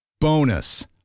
Bonus